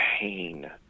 pain